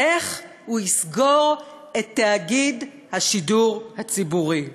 איך הוא יסגור את תאגיד השידור הציבורי.